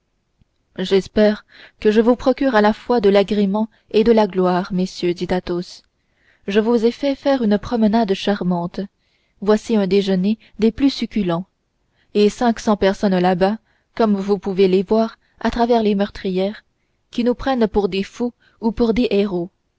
j'espère que je vous procure à la fois de l'agrément et de la gloire messieurs dit athos je vous ai fait faire une promenade charmante voici un déjeuner des plus succulents et cinq cents personnes là-bas comme vous pouvez les voir à travers les meurtrières qui nous prennent pour des fous ou pour des héros